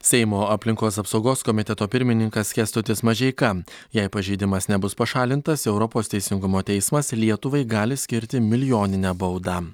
seimo aplinkos apsaugos komiteto pirmininkas kęstutis mažeika jei pažeidimas nebus pašalintas europos teisingumo teismas lietuvai gali skirti milijoninę baudą